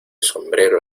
sombrero